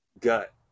gut